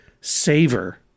savor